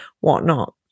whatnot